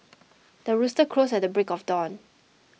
the rooster crows at the break of dawn